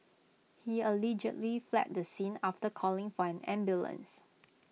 he allegedly fled the scene after calling for an ambulance